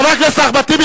חבר הכנסת אחמד טיבי,